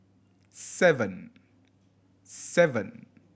seven